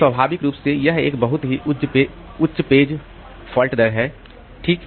तो स्वाभाविक रूप से यह एक बहुत ही उच्च पेज फॉल्टदर है ठीक